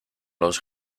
los